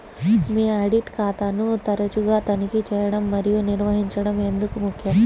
మీ audit ఖాతాను తరచుగా తనిఖీ చేయడం మరియు నిర్వహించడం ఎందుకు ముఖ్యం?